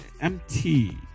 MT